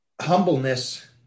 humbleness